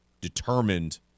determined